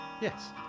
Yes